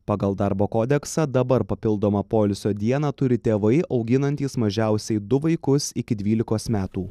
pagal darbo kodeksą dabar papildomą poilsio dieną turi tėvai auginantys mažiausiai du vaikus iki dvylikos metų